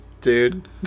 dude